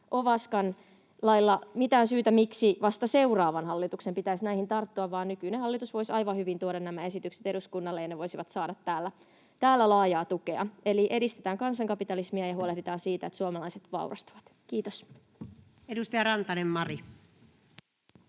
Ovaskan lailla mitään syytä, miksi vasta seuraavan hallituksen pitäisi näihin tarttua, vaan nykyinen hallitus voisi aivan hyvin tuoda nämä esitykset eduskunnalle, ja ne voisivat saada täällä laajaa tukea. Eli edistetään kansankapitalismia ja huolehditaan siitä, että suomalaiset vaurastuvat. — Kiitos. Edustaja Rantanen, Mari.